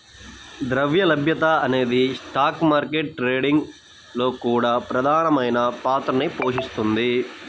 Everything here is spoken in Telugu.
ద్రవ్య లభ్యత అనేది స్టాక్ మార్కెట్ ట్రేడింగ్ లో కూడా ప్రధానమైన పాత్రని పోషిస్తుంది